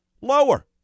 lower